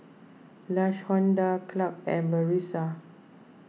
Lashonda Clarke and Brisa